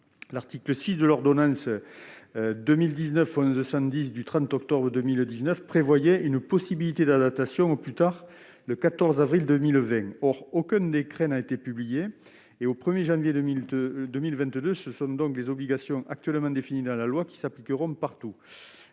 L'article 6 de l'ordonnance n° 2019-1110 du 30 octobre 2019 a, quant à lui, rendu possible cette adaptation au plus tard le 14 avril 2020. Or aucun décret n'a été publié. Au 1 janvier 2022, ce sont donc les obligations actuellement définies dans la loi qui s'appliqueront partout.